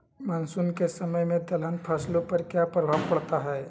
Monsoon के समय में दलहन फसलो पर क्या प्रभाव पड़ता हैँ?